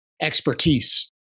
expertise